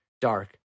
dark